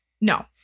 No